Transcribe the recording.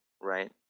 right